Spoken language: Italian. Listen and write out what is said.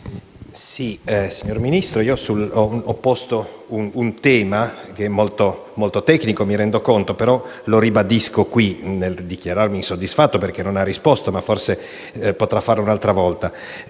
Signor Ministro, ho posto un tema che è molto tecnico, me ne rendo conto, e lo ribadisco qui nel dichiararmi insoddisfatto, perché non mi ha risposto (forse potrà farlo un'altra volta).